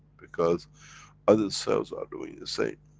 because other cells are doing the same.